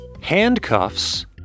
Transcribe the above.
Handcuffs